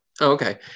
Okay